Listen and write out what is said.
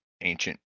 ancient